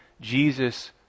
Jesus